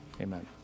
Amen